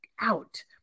out